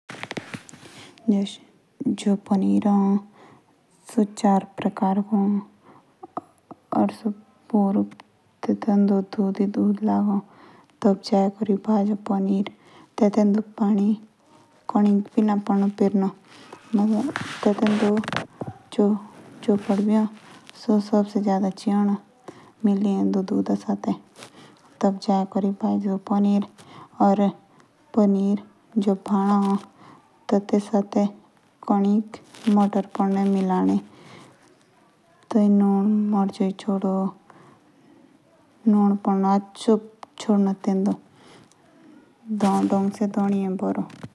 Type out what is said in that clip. जश पनीर ए। ते सीओ चार प्रकार को हो। ते तेतु दो सारो दूध ही दूध लगो। या तेतुक दो पानी कनिक बी ना पेरनो पदो। तेतु दो चौपड़ ची होंडो मिले दो। ओर चोपड़ भी मिलाए द।